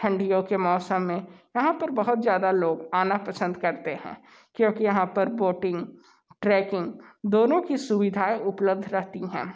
ठंडियो के मौसम में यहाँ पर बहुत ज़्यादा लोग आना पसंद करते हैं क्योंकि यहाँ पर वोटिंग ट्रैकिंग दोनों की सुविधाएँ उपलब्ध रहती हैं